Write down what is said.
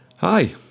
Hi